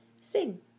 sing